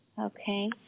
Okay